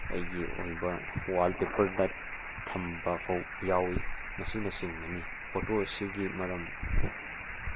ꯑꯩꯒꯤ ꯑꯣꯏꯕ ꯋꯥꯜꯄꯦꯄꯔꯗ ꯊꯝꯕꯐꯥꯎ ꯌꯥꯎꯏ ꯃꯁꯤꯅ ꯆꯤꯡꯕꯅꯤ ꯐꯣꯇꯣ ꯑꯁꯤꯒꯤ ꯃꯔꯝ